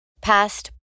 Past